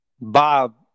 Bob